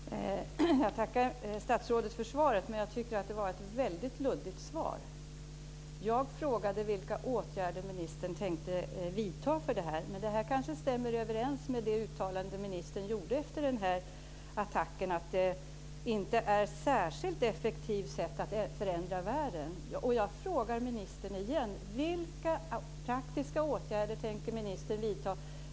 Herr talman! Jag tackar statsrådet för svaret, men jag tycker att det var ett väldigt luddigt svar. Jag frågade vilka åtgärder ministern tänkte vidta, och hennes svar stämmer överens med det uttalande ministern gjorde efter attacken. Hon sade att det inte är ett särskilt effektivt sätt att förändra världen. Jag frågar igen vilka praktiska åtgärder ministern tänker vidta.